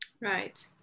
right